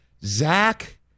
Zach